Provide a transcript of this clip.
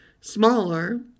smaller